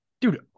Dude